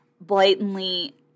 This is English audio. blatantly